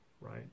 right